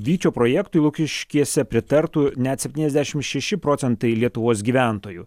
vyčio projektui lukiškėse pritartų net septyniasdešim šeši procentai lietuvos gyventojų